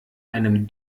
einem